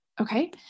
Okay